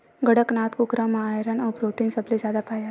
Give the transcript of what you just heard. कड़कनाथ कुकरा म आयरन अउ प्रोटीन सबले जादा पाए जाथे